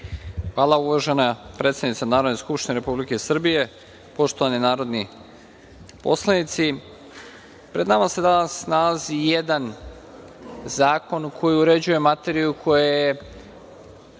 Hvala, uvažena predsednice Narodne skupštine Republike Srbije. Poštovani narodni poslanici, pred nama se danas nalazi i jedan zakon koji uređuje materiju koja